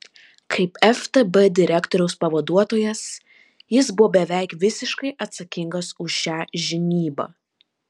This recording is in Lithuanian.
kaip ftb direktoriaus pavaduotojas jis buvo beveik visiškai atsakingas už šią žinybą